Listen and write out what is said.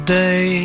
day